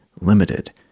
limited